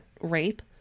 rape